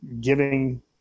giving